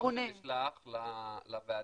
הדוח נשלח לוועדה,